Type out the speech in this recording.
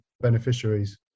beneficiaries